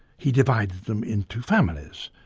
he divided them into families,